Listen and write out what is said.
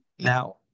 Now